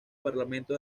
parlamento